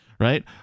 Right